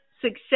success